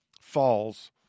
falls